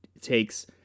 takes